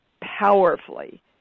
powerfully